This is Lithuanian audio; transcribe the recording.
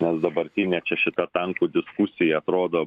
nes dabartinė čia šita tankų diskusija atrodo